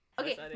Okay